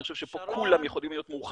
אני חושב שפה כולם יכולים להיות מאוחדים.